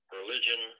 religion